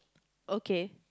okay